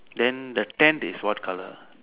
then the tent is what color